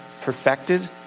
perfected